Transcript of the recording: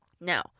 Now